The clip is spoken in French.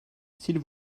s’il